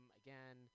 again